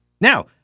Now